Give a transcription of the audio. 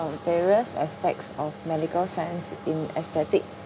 various aspects of medical science in aesthetic